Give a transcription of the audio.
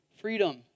Freedom